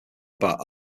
about